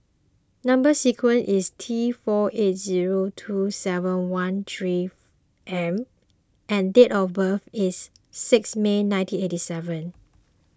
Number Sequence is T four eight zero two seven one three M and date of birth is sixth May nineteen eighty seven